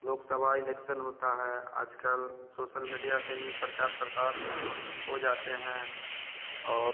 Lok Sabha election होता है आजकल सोसल मीडिया से ही प्रचार प्रसार हो जाते हैं और